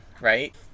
right